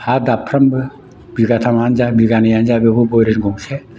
हा दाबफ्रोमबो बिगाथामानो जा बिगानैयानो जा बेखौ बयरिं गंसे